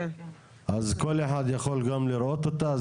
אז כל אחד יכול גם לראות אותה,